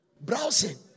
browsing